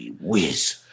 Whiz